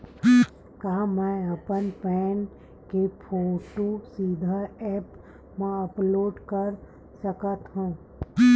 का मैं अपन पैन के फोटू सीधा ऐप मा अपलोड कर सकथव?